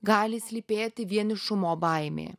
gali slypėti vienišumo baimė